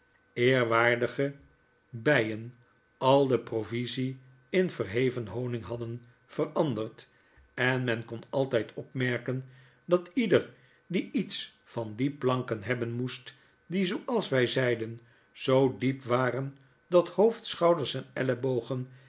eerwaardige byen al de provisie in verheven honing hadden veranderd en men kon altyd opmerken dat ieder die iets van die planken hebben moest die zooals wy zeiden zoo diep waren dat hoofd schouders en ellebogen